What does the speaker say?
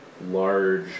large